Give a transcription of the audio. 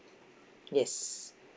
yes